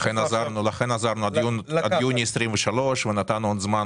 לכן עזרנו עד יוני 23' ונתנו זמן